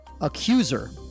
Accuser